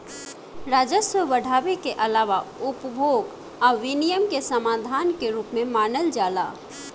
राजस्व बढ़ावे के आलावा उपभोग आ विनियम के साधन के रूप में मानल जाला